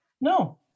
No